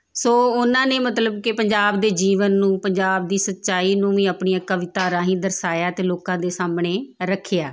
ਸੋ ਉਹਨਾਂ ਨੇ ਮਤਲਬ ਕਿ ਪੰਜਾਬ ਦੇ ਜੀਵਨ ਨੂੰ ਪੰਜਾਬ ਦੀ ਸੱਚਾਈ ਨੂੰ ਵੀ ਆਪਣੀਆਂ ਕਵਿਤਾ ਰਾਹੀਂ ਦਰਸਾਇਆ ਅਤੇ ਲੋਕਾਂ ਦੇ ਸਾਹਮਣੇ ਰੱਖਿਆ